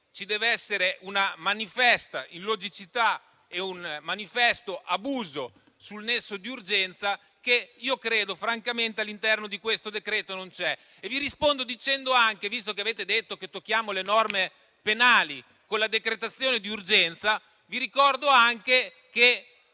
ci devono essere una manifesta illogicità e un manifesto abuso del nesso di urgenza che - francamente - all'interno di questo decreto-legge non credo vi siano. Vi ricordo anche, visto che avete detto che tocchiamo le norme penali con la decretazione d'urgenza, che qualche